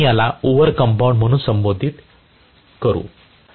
म्हणून आम्ही याला ओव्हर कंपाऊंडेड म्हणून संबोधित करू